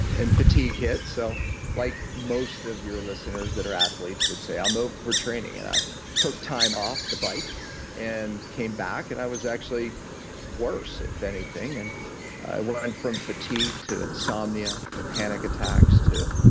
and fatigue hit, so like most of your listeners that are athletes would say, i'm over-training. and i took time off the bike and came back and i was actually worse, if anything. and i went and from fatigue to insomnia to panic attacks to.